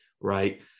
Right